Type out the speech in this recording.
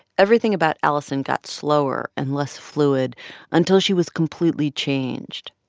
everything about alison got slower and less fluid until she was completely changed.